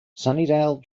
sunnydale